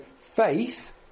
faith